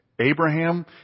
Abraham